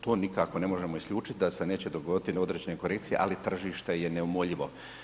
To nikako ne možemo isključiti da se neće dogoditi na određene korekcije, ali tržište je neumoljivo.